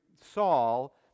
Saul